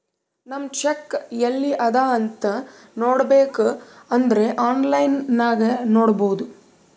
ನಮ್ ಚೆಕ್ ಎಲ್ಲಿ ಅದಾ ಅಂತ್ ನೋಡಬೇಕ್ ಅಂದುರ್ ಆನ್ಲೈನ್ ನಾಗ್ ನೋಡ್ಬೋದು